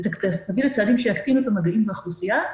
ותביא לצעדים שיביאו שיקטינו את המגעים באוכלוסייה,